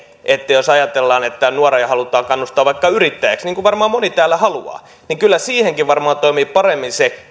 jos ajatellaan että nuoria halutaan kannustaa vaikka yrittäjiksi niin kuin varmaan moni täällä haluaa niin kyllä siihenkin varmaan toimii paremmin se